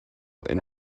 and